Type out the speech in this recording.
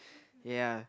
ya